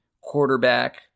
quarterback